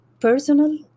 personal